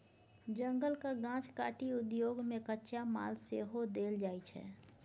जंगलक गाछ काटि उद्योग केँ कच्चा माल सेहो देल जाइ छै